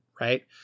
right